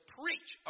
preach